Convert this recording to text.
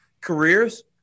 careers